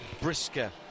Brisker